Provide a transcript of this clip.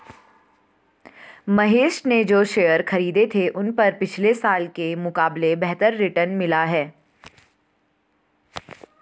महेश ने जो शेयर खरीदे थे उन पर पिछले साल के मुकाबले बेहतर रिटर्न मिला है